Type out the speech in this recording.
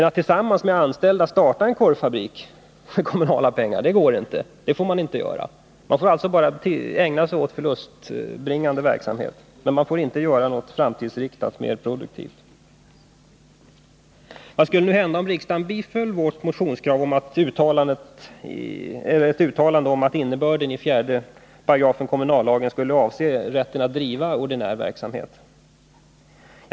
Att tillsammans med de anställda starta en korvfabrik med hjälp av kommunala pengar går däremot inte. Man får alltså bara ägna sig åt förlustbringande verksamhet. Något mera framtidsinriktat och mer produktivt får man inte göra. Vad skulle hända om nu riksdagen biföll vårt motionskrav på ett uttalande att innebörden i 4§ kommunallagen bör avse rätten att driva ordinär verksamhet?